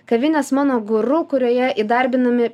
kavinės mano guru kurioje įdarbinami